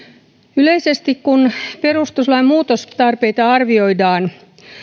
yleisesti kun perustuslain muutostarpeita arvioidaan